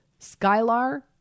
Skylar